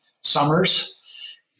summers